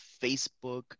Facebook